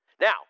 Now